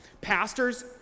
Pastors